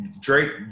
Drake